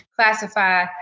classify